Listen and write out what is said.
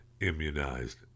immunized